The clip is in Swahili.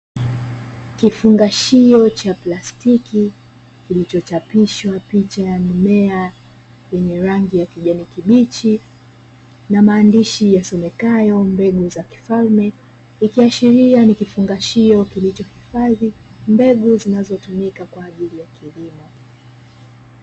Kifungashio cha plastiki kilichochapishwa picha ya mimea yenye rangi ya kijani kibichi, na maandishi yasomekayo "mbegu za kifalme", ikiashiria ni kufungashio kilichohifadhi mbegu zinazotumika kwa ajili ya kilimo.